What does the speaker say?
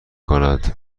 کند